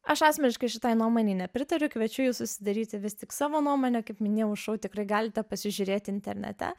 aš asmeniškai šitai nuomonei nepritariu kviečiu jus susidaryti vis tik savo nuomonę kaip minėjau šou tikrai galite pasižiūrėti internete